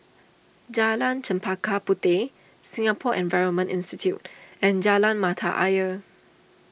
Jalan Chempaka Puteh Singapore Environment Institute and Jalan Mata Ayer